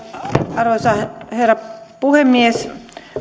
arvoisa herra puhemies